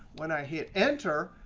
when i hit enter,